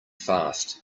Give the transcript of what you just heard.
fast